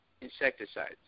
insecticides